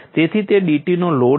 તેથી તે DT નો લોડ છે